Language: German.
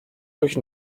durch